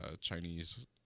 Chinese